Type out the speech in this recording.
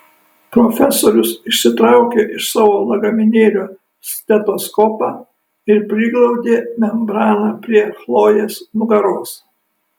profesorius išsitraukė iš savo lagaminėlio stetoskopą ir priglaudė membraną prie chlojės nugaros